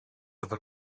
ever